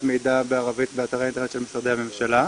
מידע בערבית באתרי האינטרנט של משרדי הממשלה.